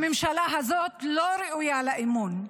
הממשלה הזאת לא ראויה לאמון,